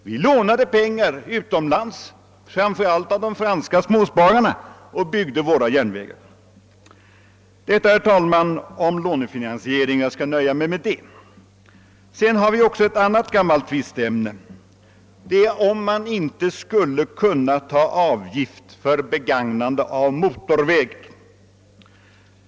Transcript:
Man lånade pengar utomlands — framför allt av de franska småspararna — och byggde våra järnvägar. Detta, herr talman, om lånefinansi ering; jag nöjer mig i det avseendet med det sagda. Vi har även ett annat gammalt tvisteämne, nämligen frågan huruvida man inte skulle kunna ta ut avgifter för begagnande av motorväg.